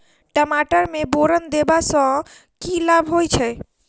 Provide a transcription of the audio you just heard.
टमाटर मे बोरन देबा सँ की लाभ होइ छैय?